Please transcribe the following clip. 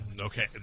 Okay